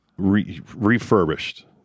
Refurbished